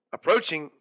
Approaching